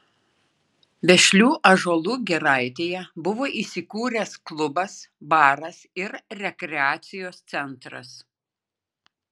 vešlių ąžuolų giraitėje buvo įsikūręs klubas baras ir rekreacijos centras